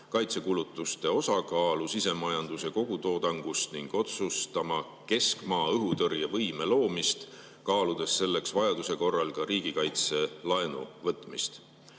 kaitsekulutuste osakaalu sisemajanduse kogutoodangus ning otsustama keskmaa õhutõrje võime loomist, kaaludes selleks vajaduse korral ka riigikaitselaenu võtmist.